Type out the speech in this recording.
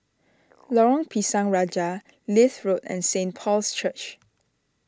Lorong Pisang Raja Leith Road and Saint Paul's Church